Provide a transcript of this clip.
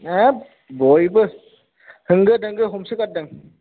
हाब बयबो होंगो दोंगो होसो गारदों